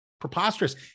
preposterous